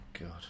God